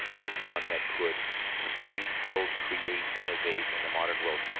as one that could compete, build, create, innovate in the modern world,